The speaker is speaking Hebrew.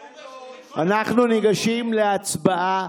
אבל הוא, אנחנו ניגשים להצבעה.